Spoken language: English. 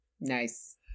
Nice